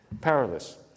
Powerless